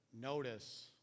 notice